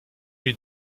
lui